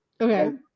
Okay